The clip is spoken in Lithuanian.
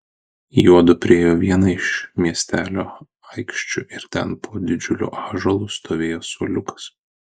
juodu priėjo vieną iš miestelio aikščių ir ten po didžiuliu ąžuolu stovėjo suoliukas